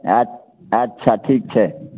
हँ अच्छा ठीक छै